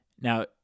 Now